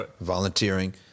volunteering